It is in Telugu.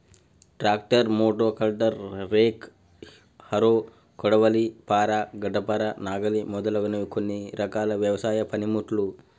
ట్రాక్టర్, మోటో కల్టర్, రేక్, హరో, కొడవలి, పార, గడ్డపార, నాగలి మొదలగునవి కొన్ని రకాల వ్యవసాయ పనిముట్లు